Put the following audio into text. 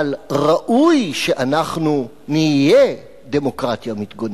אבל ראוי שנהיה כזו.